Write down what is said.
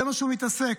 בזה הוא מתעסק.